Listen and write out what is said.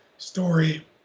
story